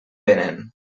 venen